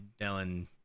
Dylan